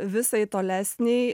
visai tolesnei